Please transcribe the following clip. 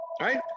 right